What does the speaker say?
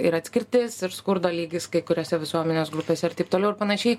ir atskirtis ir skurdo lygis kai kuriose visuomenės grupėse ir taip toliau ir panašiai